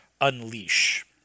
unleash